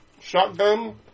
shotgun